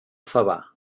favar